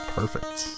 Perfect